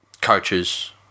coaches